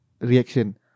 reaction